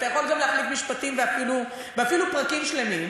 אתה יכול גם להחליף משפטים ואפילו פרקים שלמים.